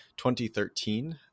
2013